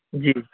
جی